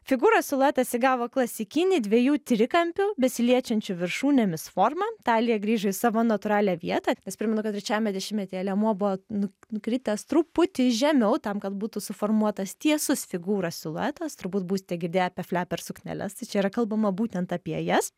figūros siluetas įgavo klasikinį dviejų trikampių besiliečiančių viršūnėmis formą talija grįžo į savo natūralią vietą nes primenu kad trečiajame dešimtmetyje liemuo buvo nukritęs truputį žemiau tam kad būtų suformuotas tiesus figūros siluetas turbūt būsite girdėję apie fleper sukneles tai čia yra kalbama būtent apie jas